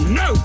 no